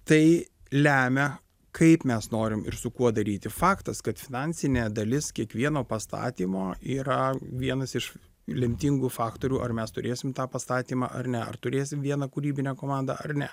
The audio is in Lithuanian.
tai lemia kaip mes norim ir su kuo daryti faktas kad finansinė dalis kiekvieno pastatymo yra vienas iš lemtingų faktorių ar mes turėsim tą pastatymą ar ne ar turėsim vieną kūrybinę komandą ar ne